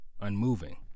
unmoving